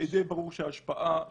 כמובן שהכנסת תכריע,